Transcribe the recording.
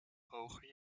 hoger